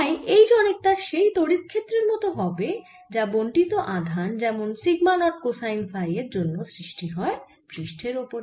তাই H অনেকটা সেই তড়িৎ ক্ষেত্রের মত হবে যা বন্টিত আধান যেমন সিগমা নট কোসাইন ফাই এর জন্য সৃষ্টি হয় পৃষ্ঠের ওপরে